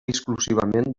exclusivament